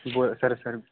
sir sir